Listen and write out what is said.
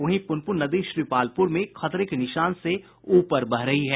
वहीं पुनपुन नदी श्रीपालपुर में खतरे के निशान से ऊपर बह रही है